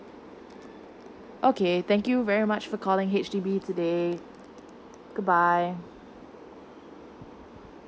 okay thank you very much for calling H_D_B today good bye